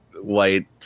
white